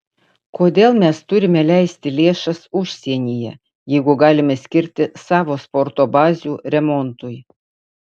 kodėl mes turime leisti lėšas užsienyje jeigu galime skirti savo sporto bazių remontui